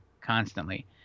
constantly